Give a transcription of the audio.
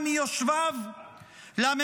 --- חבר הכנסת מלביצקי, חנוך, תודה.